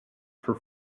for